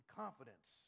confidence